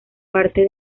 parte